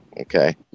okay